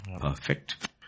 perfect